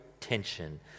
tension